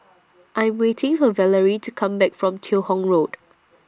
I'm waiting For Valerie to Come Back from Teo Hong Road